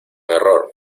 error